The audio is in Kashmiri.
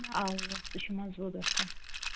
آ سُہ چھُ مضبوٗط گژھان